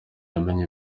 yamenye